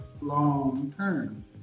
long-term